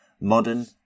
modern